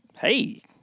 hey